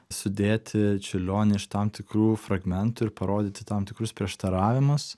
sudėti čiurlionį iš tam tikrų fragmentų ir parodyti tam tikrus prieštaravimus